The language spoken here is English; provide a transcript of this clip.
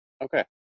Okay